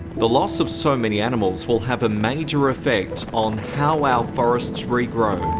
the loss of so many animals will have a major affect on how our forests regrow.